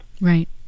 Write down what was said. Right